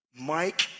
Mike